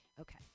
Okay